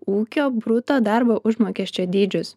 ūkio bruto darbo užmokesčio dydžius